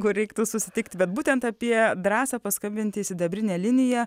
kur reiktų susitikti bet būtent apie drąsą paskambinti į sidabrinę liniją